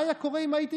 החופשי.